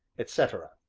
etc.